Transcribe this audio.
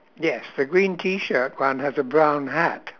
yes the green T shirt one has a brown hat